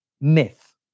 myth